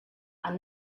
are